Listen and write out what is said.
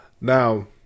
Now